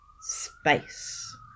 space